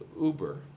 Uber